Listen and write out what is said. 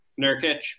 Nurkic